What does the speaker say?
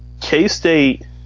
K-State –